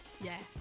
Yes